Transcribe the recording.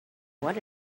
what